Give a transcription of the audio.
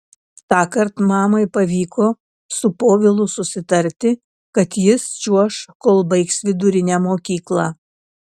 tąkart mamai pavyko su povilu susitarti kad jis čiuoš kol baigs vidurinę mokyklą